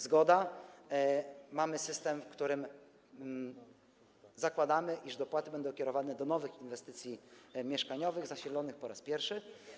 Zgoda, mamy system, w którym zakładamy, iż dopłaty będą kierowane do nowych inwestycji mieszkaniowych, zasilonych po raz pierwszy.